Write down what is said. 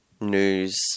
news